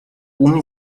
omi